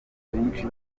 benshi